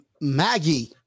Maggie